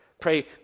Pray